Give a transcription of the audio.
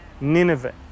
Nineveh